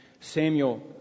Samuel